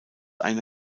eine